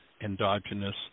endogenous